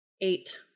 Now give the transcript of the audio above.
Eight